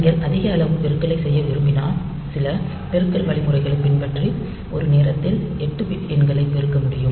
நீங்கள் அதிக அளவு பெருக்கலை செய்ய விரும்பினால் சில பெருக்கல் வழிமுறையைப் பின்பற்றி ஒரு நேரத்தில் 8 பிட் எண்களைப் பெருக்க முடியும்